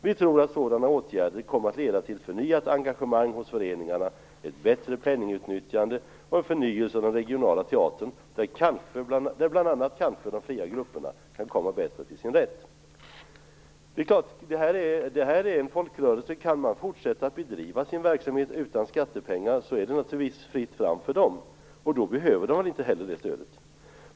Vi tror att sådana åtgärder kommer att leda till förnyat engagemang hos föreningarna, ett bättre penningutnyttjande och en förnyelse av den regionala teatern, där bl.a. kanske de fria grupperna kan komma bättre till sin rätt. Skådebanan är en folkrörelse. Kan den fortsätta bedriva sin verksamhet utan skattepengar är det naturligtvis fritt fram. Då behöver den inte heller det stödet.